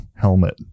helmet